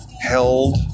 held